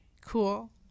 Cool